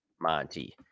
Monty